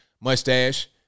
mustache